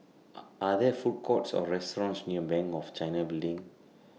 Are Are There Food Courts Or restaurants near Bank of China Building